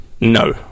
No